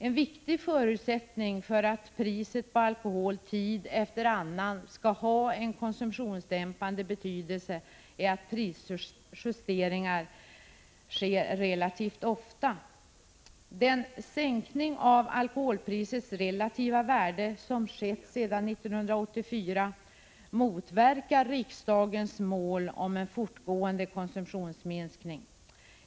En viktig förutsättning för att priset på alkohol tid efter annan skall ha en konsumtionsdämpande betydelse är att prisjusteringar sker relativt ofta. Den sänkning av alkoholprisets relativa värde som har skett sedan 1984 motverkar riksdagens mål om en fortgående konsumtionsminskning.